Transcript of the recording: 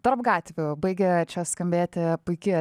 tarp gatvių baigia čia skambėti puiki